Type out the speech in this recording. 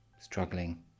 struggling